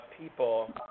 people